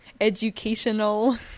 educational